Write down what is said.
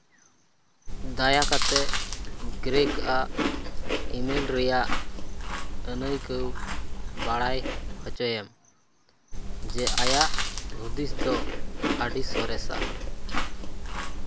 ᱫᱟᱭᱟ ᱠᱟᱛᱮᱫ ᱜᱨᱮᱠ ᱟᱜ ᱤᱢᱮᱞ ᱨᱮᱭᱟᱜ ᱟᱱᱟᱹᱭᱠᱟᱹᱣ ᱵᱟᱲᱟᱭ ᱦᱚᱪᱚᱭᱮᱢ ᱡᱮ ᱟᱭᱟᱜ ᱦᱩᱫᱤᱥ ᱫᱚ ᱟᱹᱰᱤ ᱥᱚᱨᱮᱥᱟ